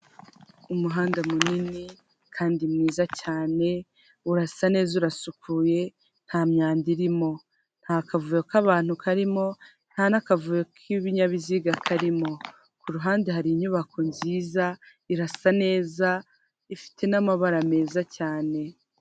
Umuhanda munini kandi mwiza cyane urasa neza urasukuye nta myanda irimo, nta kavuyo k'abantu karimo nta n'akavuyo k'ibinyabiziga karimo, ku ruhande hari inyubako nziza, irasa neza, ifite n'amabara meza cyane.